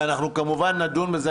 ואנחנו כמובן נדון בזה.